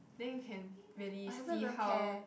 then you can really see how